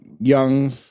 young